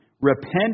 Repent